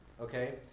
okay